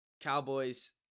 Cowboys